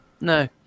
no